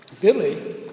Billy